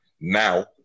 Now